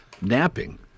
Napping